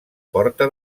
porta